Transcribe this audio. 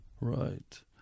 right